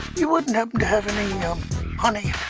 you wouldn't happen to have any honey,